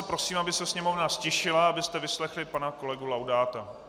Prosím, aby se Sněmovna ztišila, abyste vyslechli pana kolegu Laudáta.